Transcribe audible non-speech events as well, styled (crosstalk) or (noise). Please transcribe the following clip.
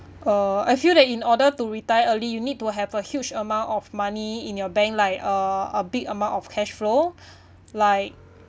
uh I feel that in order to retire early you need to have a huge amount of money in your bank like uh a big amount of cash flow (breath) like